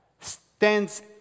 stands